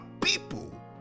people